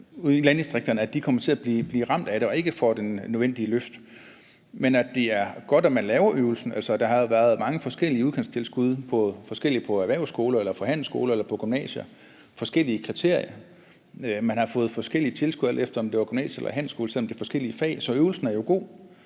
som kommer til at blive ramt af det og ikke får det nødvendige løft. Men det er godt, at man laver øvelsen. Der har jo været mange forskellige udkantstilskud på erhvervsskoler og handelsskoler eller på gymnasier ud fra forskellige kriterier. Man har fået forskellige tilskud, alt efter om det var gymnasie eller handelsskole, så øvelsen er jo god.